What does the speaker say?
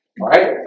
right